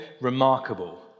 remarkable